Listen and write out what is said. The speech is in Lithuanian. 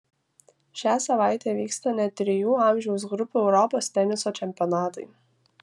šią savaitę vyksta net trijų amžiaus grupių europos teniso čempionatai